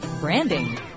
branding